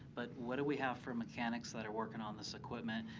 but what do we have for mechanics that are working on this equipment?